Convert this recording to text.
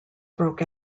broke